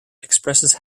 expresses